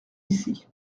ici